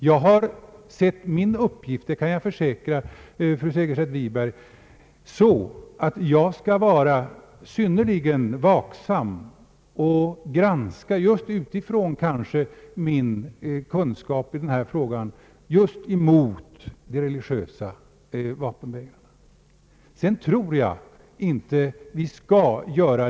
Jag har sett min uppgift så att jag skall vara synnerligen vaksam just emot de reli giösa vägrarna och granska dem utifrån min kunskap i denna fråga.